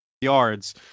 yards